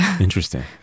interesting